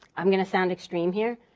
i'm going to sound extreme here,